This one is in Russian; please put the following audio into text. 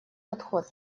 подход